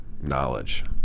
knowledge